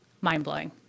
mind-blowing